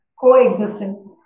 coexistence